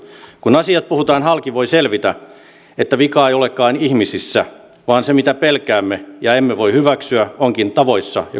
kun asiat puhutaan halki voi selvitä että vika ei olekaan ihmisissä vaan se mitä pelkäämme ja emme voi hyväksyä onkin tavoissa ja kulttuureissa